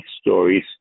stories